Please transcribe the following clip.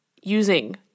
using